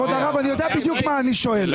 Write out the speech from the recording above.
כבוד הרבה אני יודע בדיוק מה אני שואל,